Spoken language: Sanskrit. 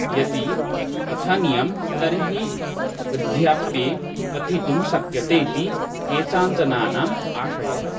यदि पठनीयं तर्हि वृद्धाप्ये पठितुं शक्यते इति केचञ्जनानाम् आशयः